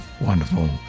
wonderful